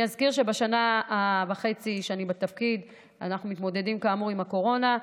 אני אזכיר שבשנה וחצי שאני בתפקיד אנחנו מתמודדים כאמור עם הקורונה.